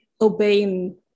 obeying